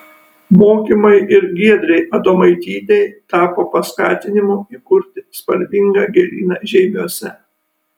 mokymai ir giedrei adomaitytei tapo paskatinimu įkurti spalvingą gėlyną žeimiuose